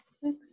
six